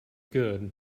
good